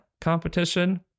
competition